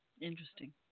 Interesting